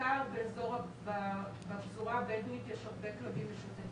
בעיקר בפזורה הבדואית יש הרבה כלבים משוטטים שם.